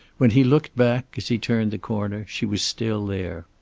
when he looked back, as he turned the corner, she was still there.